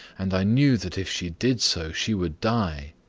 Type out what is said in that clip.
and i knew that if she did so she would die.